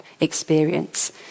experience